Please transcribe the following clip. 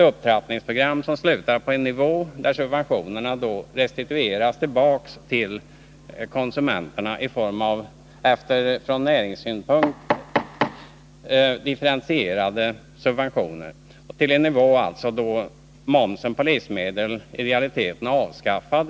Upptrappningen skulle få till effekt att momsen restitueras till konsumenterna i form av från näringssynpunkt differentierade subventioner till en nivå som gör att momsen på livsmedel i realiteten avskaffas.